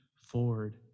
forward